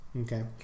Okay